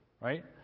right